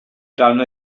dan